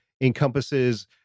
encompasses